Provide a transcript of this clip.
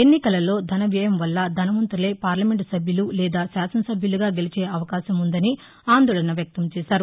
ఎన్నికలలో ధన వ్యయం వల్ల ధనవంతులే పార్లమెంటు సభ్యులు లేదా శాసన సభ్యులుగా గెలిచే అవకాశం వుందని ఆందోళన వ్యక్తం చేశారు